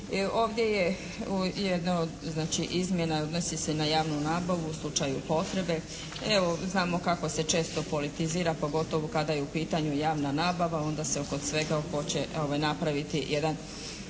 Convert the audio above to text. Ovdje je jedno od znači izmjena, odnosi se na javnu nabavu u slučaju potrebe. Evo znamo kako se često politizira, pogotovo kada je u pitanju javna nabava, onda se oko svega hoće napraviti jedan